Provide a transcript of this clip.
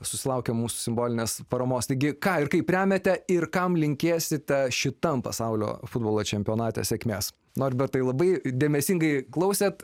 susilaukia mūsų simbolinės paramos taigi ką ir kaip remiate ir kam linkėsite šitam pasaulio futbolo čempionate sėkmes norbertai labai dėmesingai klausėte